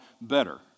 Better